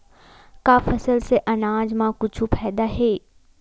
का फसल से आनाज मा कुछु फ़ायदा हे?